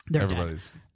Everybody's